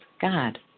God